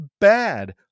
bad